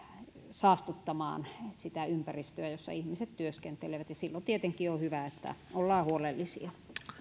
saastuttamaan sitä ympäristöä jossa ihmiset työskentelevät silloin tietenkin on hyvä että ollaan huolellisia